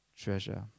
treasure